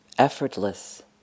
Effortless